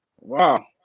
Wow